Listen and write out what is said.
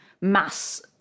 mass